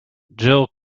jill